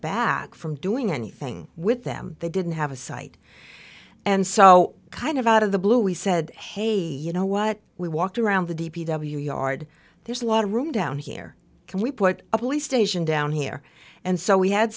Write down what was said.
back from doing anything with them they didn't have a site and so kind of out of the blue we said hey you know what we walked around the d p w yard there's a lot of room down here can we put a police station down here and so we had